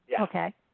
Okay